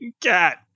cat